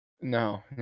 No